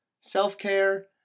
self-care